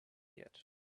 yet